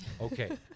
Okay